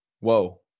Whoa